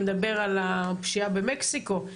שמדבר על הפשיעה במקסיקו.